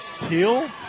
Teal